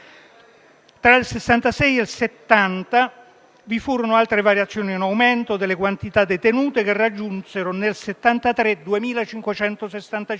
Tra il 1966 e il 1970 vi furono altre variazioni in aumento delle quantità detenute che raggiunsero 2.565